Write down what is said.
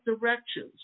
directions